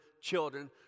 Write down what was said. children